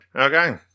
Okay